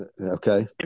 okay